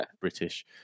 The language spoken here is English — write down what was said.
British